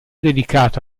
dedicato